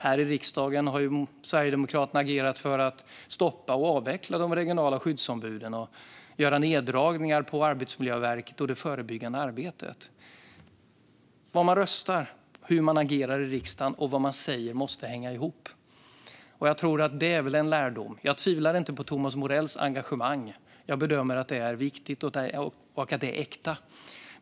Här i riksdagen har ju Sverigedemokraterna agerat för att stoppa och avveckla de regionala skyddsombuden och göra neddragningar på Arbetsmiljöverket och det förebyggande arbetet. Hur man röstar och agerar i riksdagen och vad man säger måste hänga ihop. Det är väl en lärdom. Jag tvivlar inte på Thomas Morells engagemang. Jag bedömer att det är viktigt och att det är äkta.